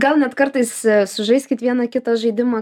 gal net kartais sužaiskit vieną kitą žaidimą